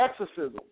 exorcism